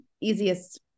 easiest